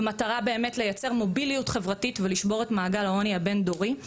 במטרה לייצר מוביליות חברתית ולשבור את מעגל העוני הבן דורי.